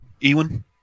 Ewan